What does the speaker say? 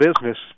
business